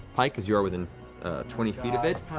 pike, because you are within twenty feet of it.